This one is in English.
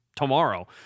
tomorrow